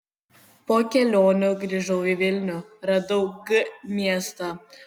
po kelionių grįžau į vilnių radau g miestą